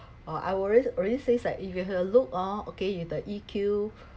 orh I already already say like if you have uh look orh okay you have the E_Q